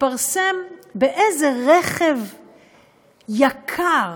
התפרסם באיזה רכב יקר,